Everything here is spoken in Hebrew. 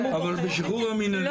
אבל בשחרור המינהלי הגדרתם חמורה.